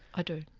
i do.